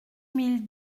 mille